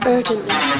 Urgently